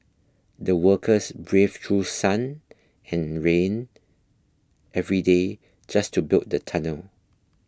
the workers braved through sun and rain every day just to build the tunnel